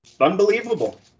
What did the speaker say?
unbelievable